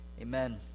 Amen